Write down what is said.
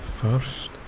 First